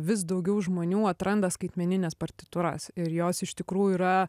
vis daugiau žmonių atranda skaitmenines partitūras ir jos iš tikrųjų yra